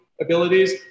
abilities